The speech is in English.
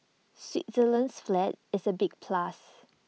Switzerland's flag is A big plus